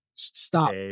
stop